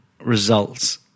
results